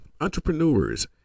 Entrepreneurs